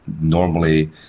normally